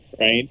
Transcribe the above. right